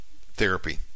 therapy